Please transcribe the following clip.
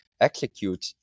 execute